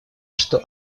что